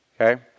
okay